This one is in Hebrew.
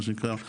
מה שנקרא,